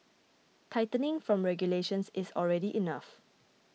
tightening from regulations is already enough